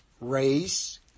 race